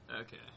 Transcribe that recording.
Okay